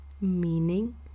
meaning